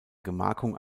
gemarkung